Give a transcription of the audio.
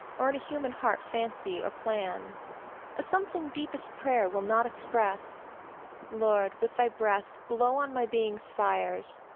or in a human heart fancy or plan a something deepest prayer will not express lord, with thy breath blow on my being's fires,